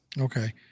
okay